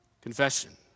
Confession